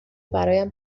برایم